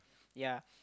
yea